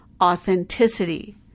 authenticity